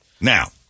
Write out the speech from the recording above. Now